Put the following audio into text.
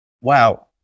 Wow